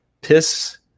Piss